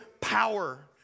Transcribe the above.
power